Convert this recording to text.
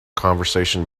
conversation